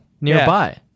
Nearby